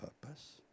purpose